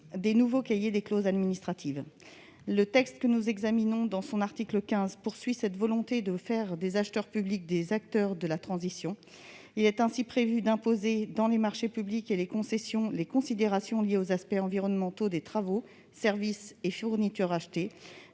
des nouveaux cahiers des clauses administratives générales et techniques (CCAG). Le texte que nous examinons poursuit, au travers de son article 15, cette volonté de faire des acheteurs publics des acteurs de la transition. Il est ainsi prévu d'imposer, dans les marchés publics et les concessions, les considérations liées aux aspects environnementaux des travaux, services ou fournitures achetés.